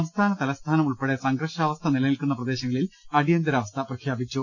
സംസ്ഥാന തലസ്ഥാനം ഉൾപ്പെടെ സംഘർഷാവസ്ഥ നിലനിൽക്കുന്ന പ്രദേശങ്ങളിൽ അടിയന്തരാവസ്ഥ പ്രഖ്യാപിച്ചു